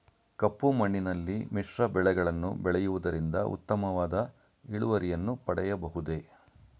ಕಪ್ಪು ಮಣ್ಣಿನಲ್ಲಿ ಮಿಶ್ರ ಬೆಳೆಗಳನ್ನು ಬೆಳೆಯುವುದರಿಂದ ಉತ್ತಮವಾದ ಇಳುವರಿಯನ್ನು ಪಡೆಯಬಹುದೇ?